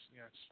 yes